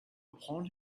upon